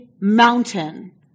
mountain